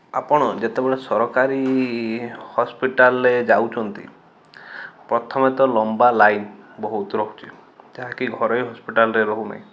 ଆପଣ ଯେତେବେଳେ ସରକାରୀ ହସ୍ପିଟାଲରେ ଯାଉଛନ୍ତି ପ୍ରଥମେ ତ ଲମ୍ବା ଲାଇନ ବହୁତ ରହୁଛି ଯାହାକି ଘରୋଇ ହସ୍ପିଟାଲରେ ରହୁନାହିଁ